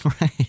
Right